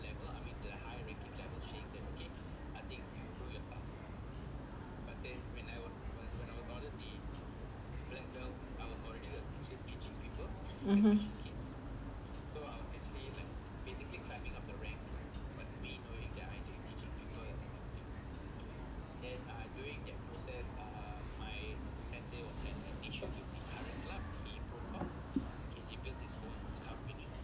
(uh huh)